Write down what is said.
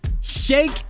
Shake